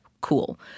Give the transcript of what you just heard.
Cool